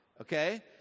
okay